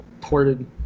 Ported